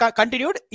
continued